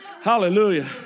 Hallelujah